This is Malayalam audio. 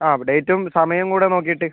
ആ ഡേറ്റും സമയം കൂടെ നോക്കിയിട്ട്